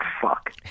fuck